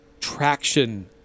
traction